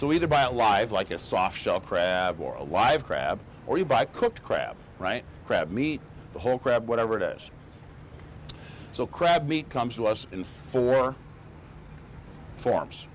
to either buy a life like a soft shell crab or a live crab or you buy cooked crab right crab meat the whole crab whatever it is so crab meat comes to us in four forms